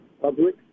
public